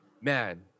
man